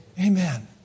Amen